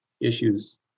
issues